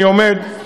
אני עומד,